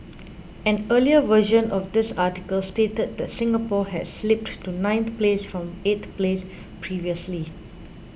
an earlier version of this article stated that Singapore had slipped to ninth place from eighth place previously